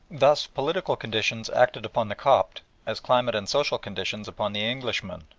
thus political conditions acted upon the copt as climate and social conditions upon the englishman,